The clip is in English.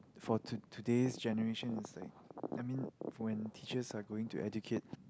for to~ today's generation is like I mean for when teachers are going to educate